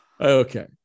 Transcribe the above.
Okay